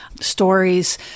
stories